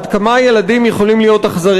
כמה הצעת החוק הזאת